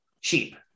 cheap